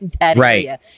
right